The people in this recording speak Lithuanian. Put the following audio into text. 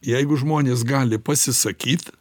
jeigu žmonės gali pasisakyt